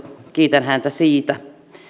kiitän häntä siitä